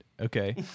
okay